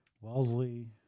Wellesley